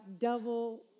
double